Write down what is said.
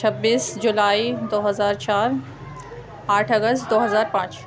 چھبیس جولائی دو ہزار چار آٹھ اگست دو ہزار پانچ